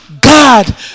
God